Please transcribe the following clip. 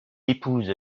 épouse